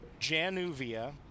Januvia